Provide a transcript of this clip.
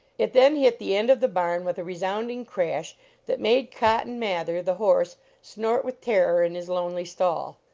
it then hit the end of the barn with a resounding crash that made cotton mather, the horse, snort with terror in his lonely stall.